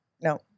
No